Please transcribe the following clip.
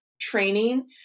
training